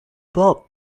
bob